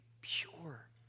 pure